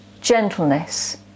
gentleness